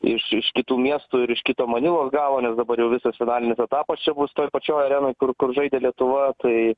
iš iš kitų miestų ir iš kito manilos galo nes dabar jau visas finalinis etapas čia bus pačioj arenoj kur kur žaidė lietuva tai